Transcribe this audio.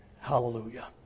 Hallelujah